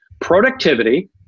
productivity